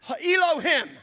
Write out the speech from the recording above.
Elohim